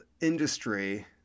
industry